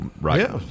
right